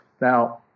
Now